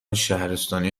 شهرستانی